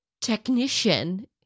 technician